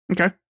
Okay